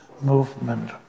movement